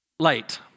Light